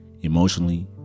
emotionally